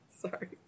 Sorry